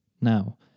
Now